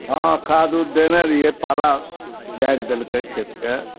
हँ खाद उद देने रहियै पाला जारि देलकै खेत के